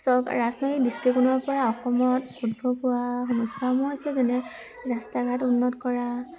চওক ৰাজনৈতিক দৃষ্টিকোণৰপৰা অসমত উদ্ভৱ হোৱা সমস্যাসমূহ হৈছে যেনে ৰাস্তা ঘাট উন্নত কৰা